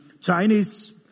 chinese